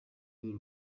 uru